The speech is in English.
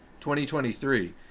2023